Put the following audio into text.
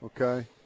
Okay